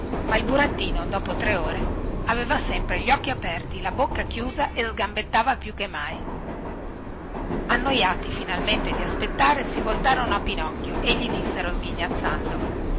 ma il burattino dopo tre ore aveva sempre gli occhi aperti la bocca chiusa e sgambettava più che mai annoiati finalmente di aspettare si voltarono a pinocchio e gli dissero sghignazzando